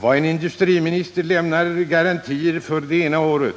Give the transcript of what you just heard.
Vad en industriminister lämnar garantier för det ena året